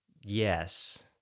yes